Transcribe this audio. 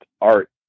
art